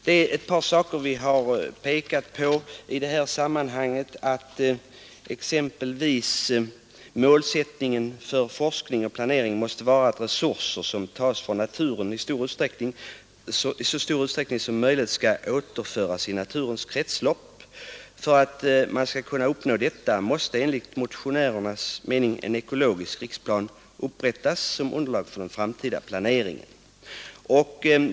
Det är ett par saker som vi har pekat på i det sammanhanget, exempelvis att en målsättning för forskning och planering måste vara att resurser, som tas från naturen, i så stor utsträckning som möjligt skall återföras i naturens kretslopp. För att vi skall uppnå detta måste enligt motionärernas mening en ekologisk riksplan upprättas som underlag för den framtida planeringen.